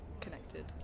connected